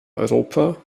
europa